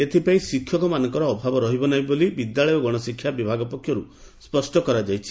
ଏଥିପାଇଁ ଶିକ୍ଷକମାନଙ୍କର ଅଭାବ ରହିବ ନାହିଁ ବୋଲି ସ୍କୁଲ୍ ଓ ଗଣଶିକ୍ଷା ବିଭାଗ ପକ୍ଷରୁ ସ୍ୱଷ୍ କରାଯାଇଛି